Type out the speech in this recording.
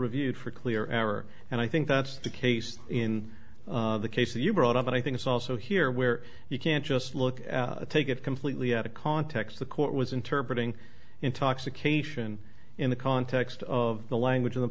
reviewed for clear error and i think that's the case in the case that you brought up but i think it's also here where you can just look take it completely out of context the court was interpreted intoxication in the context of the language of the